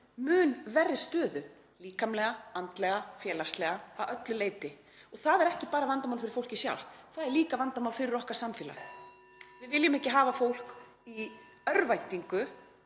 mun verri stöðu, líkamlega, andlega, félagslega, að öllu leyti. Það er ekki bara vandamál fyrir fólkið sjálft, það er líka vandamál fyrir okkar samfélag. (Forseti hringir.) Við viljum ekki hafa fólk í örvæntingu